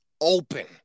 open